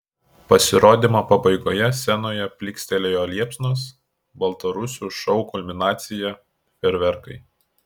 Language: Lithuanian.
pasirodymo pabaigoje scenoje plykstelėjo liepsnos baltarusių šou kulminacija fejerverkai